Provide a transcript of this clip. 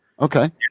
okay